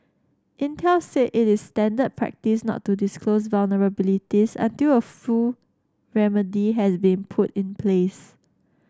Intel said it is standard practice not to disclose vulnerabilities until a full remedy has been put in place